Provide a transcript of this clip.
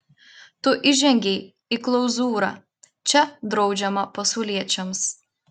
tu įžengei į klauzūrą čia draudžiama pasauliečiams